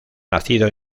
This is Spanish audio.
nacido